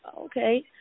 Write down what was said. Okay